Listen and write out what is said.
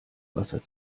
wasser